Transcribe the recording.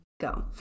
go